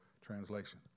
translation